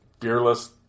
Fearless